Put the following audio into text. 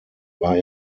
war